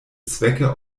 zwecke